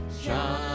shine